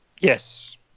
yes